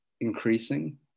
increasing